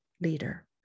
leader